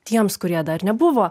tiems kurie dar nebuvo